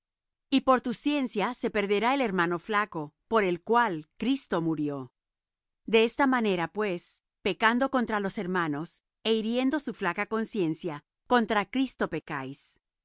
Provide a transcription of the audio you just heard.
y por tu ciencia se perderá el hermano flaco por el cual cristo murió de esta manera pues pecando contra los hermanos é hiriendo su flaca conciencia contra cristo pecáis